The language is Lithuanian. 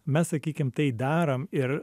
mes sakykim tai darom ir